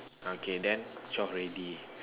okay then twelve already